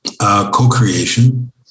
co-creation